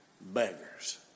beggars